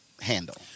handle